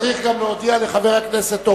חברי חברי הכנסת,